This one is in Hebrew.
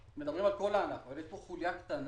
מדברים על כל הענף אבל יש פה חוליה קטנה